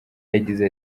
yagize